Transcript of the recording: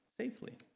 safely